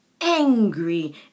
angry